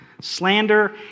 slander